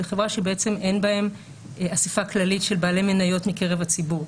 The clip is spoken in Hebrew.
זו חברה שאין בה אספה כללית של בעלי מניות מקרב הציבור,